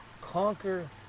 conquer